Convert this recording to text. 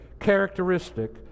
characteristic